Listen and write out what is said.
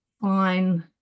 fine